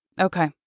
Okay